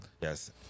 yes